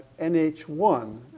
NH1